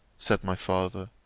said my father.